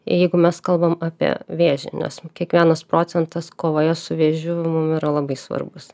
jeigu mes kalbam apie vėžį nes kiekvienas procentas kovoje su vėžiu mum yra labai svarbus